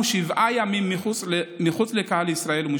שבעה ימים מחוץ לקהל ישראל ומשפחתו.